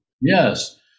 Yes